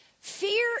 Fear